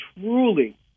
truly